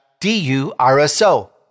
d-u-r-s-o